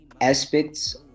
aspects